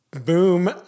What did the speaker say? Boom